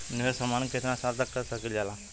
निवेश हमहन के कितना साल तक के सकीलाजा?